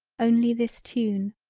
only this tune.